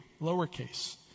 lowercase